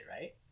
right